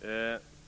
själv.